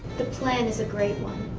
the plan is a great one.